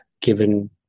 given